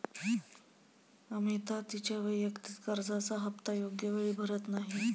अमिता तिच्या वैयक्तिक कर्जाचा हप्ता योग्य वेळी भरत नाही